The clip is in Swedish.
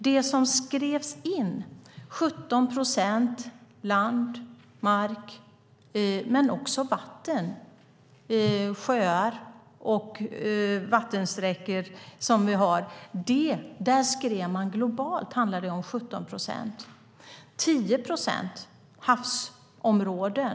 Det som skrevs in avseende land och mark men också vatten - sjöar och vattensträckor som vi har - handlar globalt om 17 procent. 10 procent gäller för havsområden.